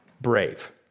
brave